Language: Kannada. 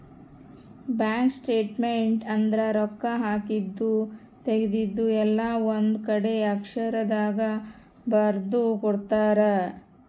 ಬ್ಯಾಂಕ್ ಸ್ಟೇಟ್ಮೆಂಟ್ ಅಂದ್ರ ರೊಕ್ಕ ಹಾಕಿದ್ದು ತೆಗ್ದಿದ್ದು ಎಲ್ಲ ಒಂದ್ ಕಡೆ ಅಕ್ಷರ ದಾಗ ಬರ್ದು ಕೊಡ್ತಾರ